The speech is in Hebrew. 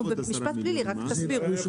אנחנו במשפט פלילי, אז רק תסבירו.